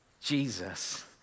Jesus